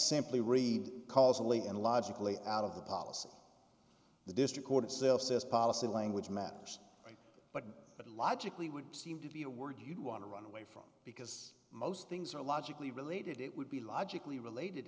simply read causally and logically out of the policy the district court itself says policy language matters but logically would seem to be a word you'd want to run away from because most things are logically related it would be logically related